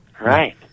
Right